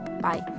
Bye